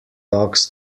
talks